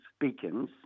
beacons